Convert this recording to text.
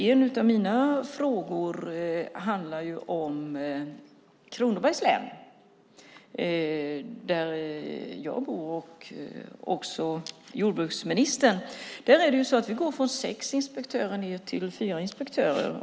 En av mina frågor handlar om Kronobergs län där både jag och jordbruksministern bor. Vi går där från sex till fyra inspektörer.